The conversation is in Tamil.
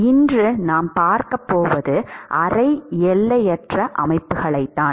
இன்று நாம் பார்க்கப் போவது அரை எல்லையற்ற அமைப்புகளைத்தான்